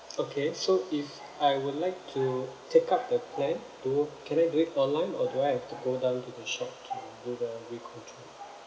okay so if I would like to take up the plan do can I do it online or do I have to go down to the shop to do the recontract